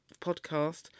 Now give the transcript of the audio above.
podcast